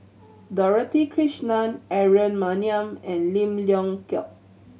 Dorothy Krishnan Aaron Maniam and Lim Leong Geok